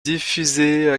diffusée